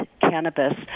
cannabis